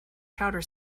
chowder